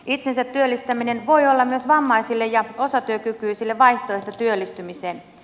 itsensä työllistäminen voi olla myös vammaisille ja osatyökykyisille vaihtoehto työllistymiseen